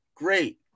great